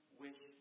wish